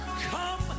Come